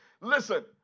listen